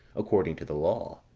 according to the law.